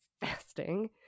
fasting